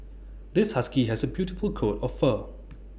this husky has A beautiful coat of fur